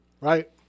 Right